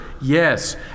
Yes